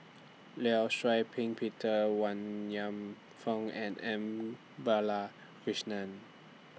law Shau Ping Peter Wan Kam Fook and M Balakrishnan